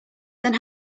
then